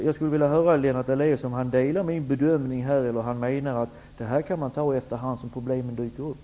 Jag vill fråga Lennart Daléus om han delar min bedömning eller om han menar att man kan lösa problemen efter hand som de dyker upp.